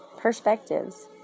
perspectives